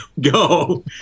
go